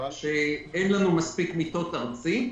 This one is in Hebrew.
שאין לנו מספיק מיטות ארצית,